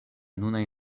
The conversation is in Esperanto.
nunaj